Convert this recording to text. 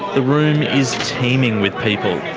the room is teeming with people.